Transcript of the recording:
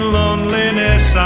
loneliness